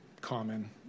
common